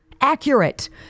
accurate